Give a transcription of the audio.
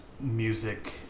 music